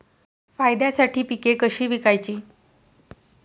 फायद्यासाठी पिके कशी विकायची?